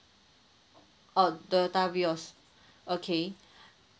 oh toyota vios okay